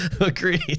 agreed